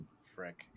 frick